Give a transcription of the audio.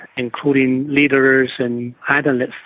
including leaders and and like